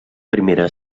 primera